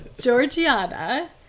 Georgiana